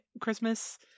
Christmas